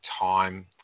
time